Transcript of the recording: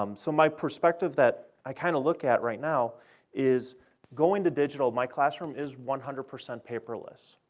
um so my perspective that i kind of look at right now is going to digital. my classroom is one hundred percent paperless.